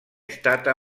stata